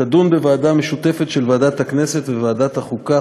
תידון בוועדה משותפת של ועדת הכנסת וועדת החוקה,